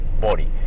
body